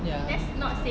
ya